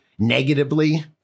negatively